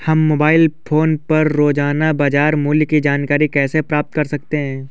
हम mobile phone पर रोजाना बाजार मूल्य की जानकारी कैसे प्राप्त कर सकते हैं?